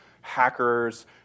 hackers